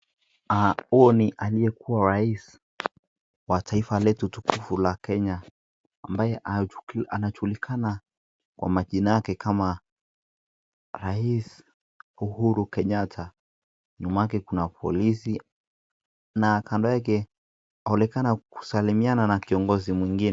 Huu ni aliyekuwa rais wa taifa letu tukufu la kenya ambaye anajulikana kwa majina yake kama rais Uhuru Kenyatta nyuma yake kuna polisi na kando yake anaonekana kusalimiana na kiongozi mwingine.